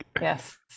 yes